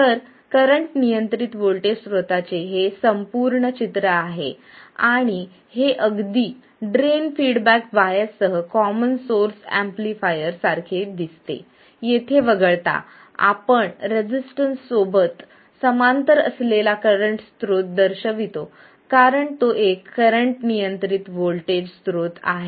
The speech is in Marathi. तर करंट नियंत्रित व्होल्टेज स्त्रोताचे हे संपूर्ण चित्र आहे आणि हे अगदी ड्रेन फीडबॅक बायससह कॉमन सोर्स एम्पलीफायर सारखे दिसते येथे वगळता आपण रेसिस्टन्स सोबत समांतर असलेला करंट स्त्रोत दर्शवितो कारण तो एक करंट नियंत्रित व्होल्टेज स्त्रोत आहे